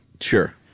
Sure